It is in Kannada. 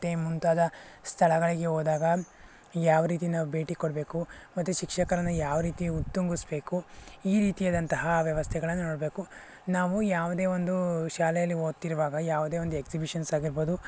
ಮತ್ತು ಮುಂತಾದ ಸ್ಥಳಗಳಿಗೆ ಹೋದಾಗ ಯಾವ ರೀತಿ ನಾವು ಭೇಟಿ ಕೊಡಬೇಕು ಮತ್ತು ಶಿಕ್ಷಕರನ್ನು ಯಾವ ರೀತಿ ಉತ್ತುಂಗಿಸ್ಬೇಕು ಈ ರೀತಿಯಾದಂತಹ ವ್ಯವಸ್ಥೆಗಳನ್ನನು ನೋಡಬೇಕು ನಾವು ಯಾವುದೇ ಒಂದು ಶಾಲೆಯಲ್ಲಿ ಓದ್ತಿರುವಾಗ ಯಾವುದೇ ಒಂದು ಎಕ್ಸಿಬಿಷನ್ಸಾಗಿರ್ಬೋದು